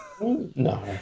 no